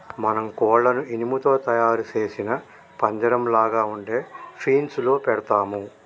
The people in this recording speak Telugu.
మనం కోళ్లను ఇనుము తో తయారు సేసిన పంజరంలాగ ఉండే ఫీన్స్ లో పెడతాము